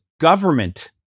government